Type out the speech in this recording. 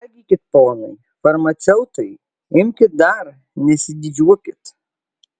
valgykit ponai farmaceutai imkit dar nesididžiuokit